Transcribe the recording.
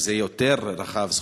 שזה יותר רחב,